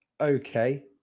okay